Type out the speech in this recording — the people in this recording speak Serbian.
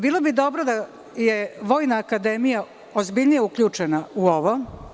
Bilo bi dobro da je Vojna akademija ozbiljnije uključena u ovo.